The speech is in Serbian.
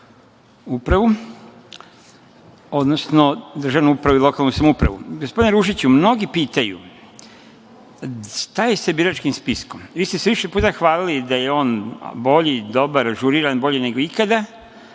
odnosno državnu upravu i lokalnu samoupravu. Gospodine Ružiću, mnogi pitaju šta je sa biračkim spiskom? Vi ste se više puta hvalili da je on bolji, dobar, ažuriran, bolji nego ikada.